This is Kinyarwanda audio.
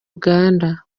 uganda